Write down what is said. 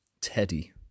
Teddy